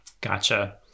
Gotcha